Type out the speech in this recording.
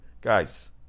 guys